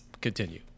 continue